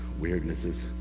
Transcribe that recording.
weirdnesses